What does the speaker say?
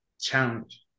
challenge